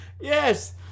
Yes